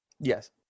Yes